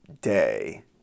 day